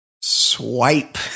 swipe